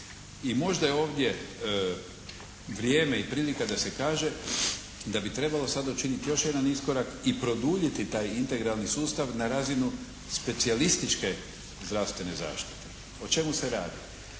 I možda je ovdje vrijeme i prilika da se kaže da bi trebalo sad učiniti još jedan iskorak i produljiti taj integralni sustav na razinu specijalističke zdravstvene zaštite. O čemu se radi?